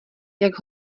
jak